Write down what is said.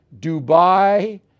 Dubai